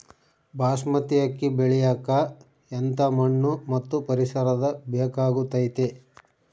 ಬಾಸ್ಮತಿ ಅಕ್ಕಿ ಬೆಳಿಯಕ ಎಂಥ ಮಣ್ಣು ಮತ್ತು ಪರಿಸರದ ಬೇಕಾಗುತೈತೆ?